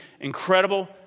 incredible